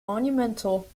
monumental